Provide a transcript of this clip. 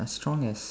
as strong as